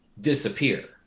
disappear